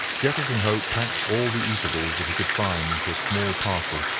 jefferson hope packed all the eatables that he could find into a small parcel,